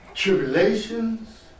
Tribulations